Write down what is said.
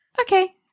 okay